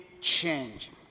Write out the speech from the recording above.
change